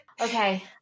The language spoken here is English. Okay